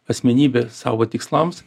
asmenybę savo tikslams